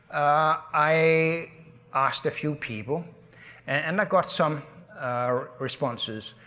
i asked a few people and i got some responses.